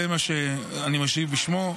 זה מה שאני משיב בשמו.